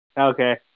Okay